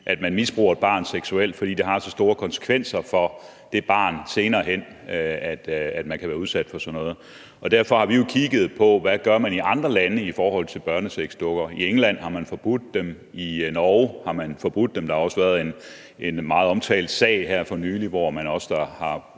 at man misbruger et barn seksuelt, for det har så store konsekvenser for det barn senere hen at have været udsat for sådan noget. Derfor har vi jo kigget på, hvad man gør i andre lande i forhold til børnesexdukker. I England har man forbudt dem. I Norge har man forbudt dem. Der har også været en meget omtalt sag her for nylig, hvor man også har